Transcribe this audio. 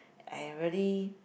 and very